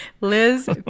Liz